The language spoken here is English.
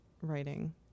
writing